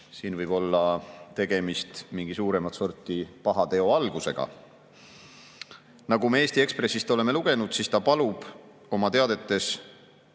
siin võib olla tegemist mingi suuremat sorti pahateo algusega. Nagu me Eesti Ekspressist oleme lugenud, palub ta oma teadetes